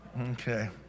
Okay